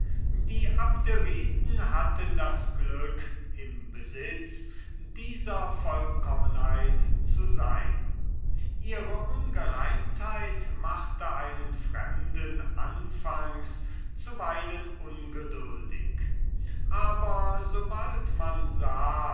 die abderiten hatten das glück im besitz dieser vollkommenheit zu sein ihre ungereimtheit machte einen fremden anfangs wohl zuweilen ungeduldig aber so bald man sah